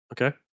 Okay